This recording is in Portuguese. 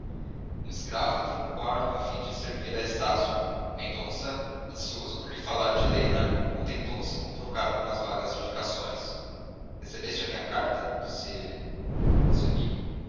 um escravo entrou no quarto a fim de servir a estácio mendonça ansioso por lhe falar de helena contentou-se com trocar algumas vagas indicações recebeste a minha carta disse ele recebi